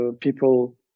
people